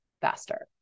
faster